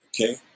Okay